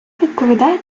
відповідає